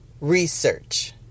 research